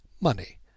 money